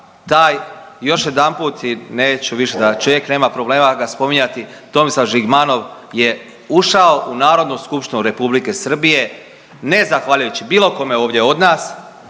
Taj, još jedanput i neću više da čovjek nema problema ga spominjati Tomislav Žigmanov je ušao u Narodnu skupštinu Republike Srbije ne zahvaljujući bilo kome ovdje od nas,